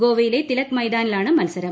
ഗോവയിലെ തിലക് മൈതാനിലാണ് മത്സരം